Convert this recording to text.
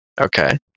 Okay